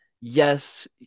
yes